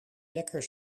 lekker